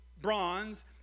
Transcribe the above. bronze